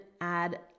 add